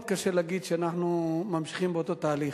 קשה להגיד שאנחנו ממשיכים באותו תהליך,